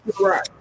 right